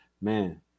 man